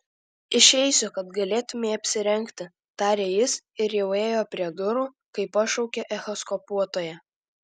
išeisiu kad galėtumei apsirengti tarė jis ir jau ėjo prie durų kai pašaukė echoskopuotoja